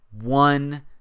one